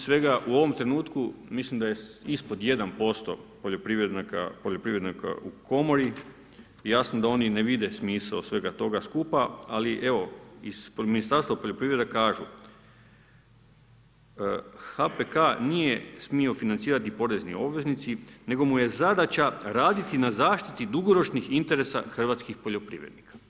Svega u ovom trenutku, mislim da je ispod 1% poljoprivrednika u komori, jasno da oni ne vide smisao svega toga skupa, ali evo, iz Ministarstva poljoprivrede kažu: HPK nije smio financirati porezni obveznici, nego mu je zadaća raditi na zaštiti dugoročnih interesa hrvatskih poljoprivrednika.